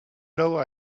know